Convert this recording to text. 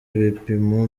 ibipimo